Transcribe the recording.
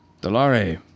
Dolore